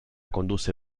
condusse